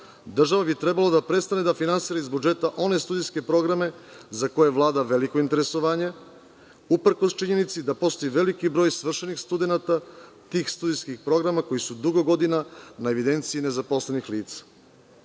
država bi trebalo da prestane da finansira iz budžeta one studentske programe za koje vlada veliko interesovanje, uprkos činjenici da postoji veliki broj svršenih studenata tih studentskih programa koji su dugo godina na evidenciji nezaposlenih